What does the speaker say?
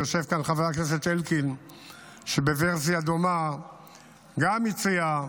יושב כאן חבר הכנסת אלקין שבוורסיה דומה גם הציע,